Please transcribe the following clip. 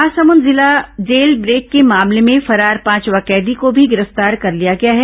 महासमुद जिला jail break के मामले में फरार पांचवां कैदी को भी गिरफ्तार कर लिया गया है